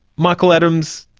michael adams,